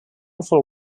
full